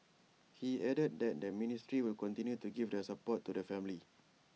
he added that the ministry will continue to give their support to the family